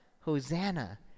Hosanna